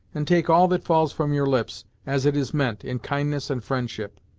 and take all that falls from your lips, as it is meant, in kindness and friendship.